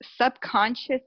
subconscious